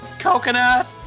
Coconut